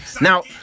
Now